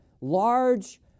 large